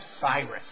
Cyrus